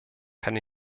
kann